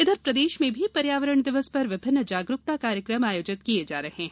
इधर प्रदेश में भी पर्यावरण दिवस पर विभिन्न जागरूकता कार्यकम आयोजित किये जा रहे हैं